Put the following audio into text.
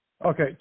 Okay